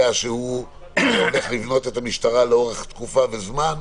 שהוא הולך לבנות את המשטרה לאורך תקופה וזמן,